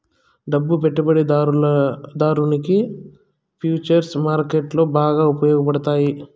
డబ్బు పెట్టుబడిదారునికి ఫుచర్స్ మార్కెట్లో బాగా ఉపయోగపడతాయి